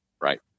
Right